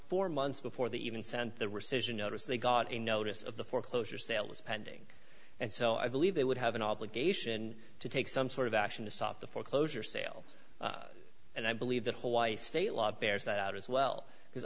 four months before they even sent the rescission notice they got a notice of the foreclosure sale was pending and so i believe they would have an obligation to take some sort of action to stop the foreclosure sale and i believe that whole why state law bears that out as well because